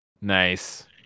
Nice